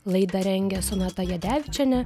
laidą rengė sonata jadevičienė